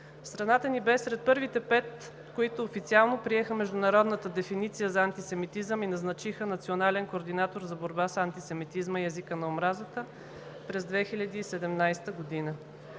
Страната ни бе сред първите пет, които официално приеха международната дефиниция за антисемитизъм и назначиха национален координатор за борба с антисемитизма и езика на омразата през 2017 г.